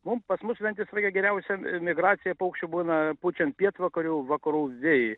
mum pas mus ventės rage geriausia m migracija paukščių būna pučiant pietvakarių vakarų vėjai